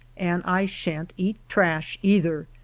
and i sha'n't eat trash, either.